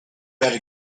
better